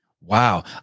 Wow